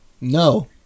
No